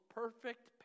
perfect